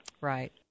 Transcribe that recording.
Right